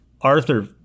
Arthur